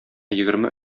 егерме